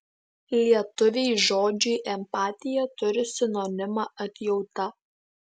lietuviai žodžiui empatija turi sinonimą atjauta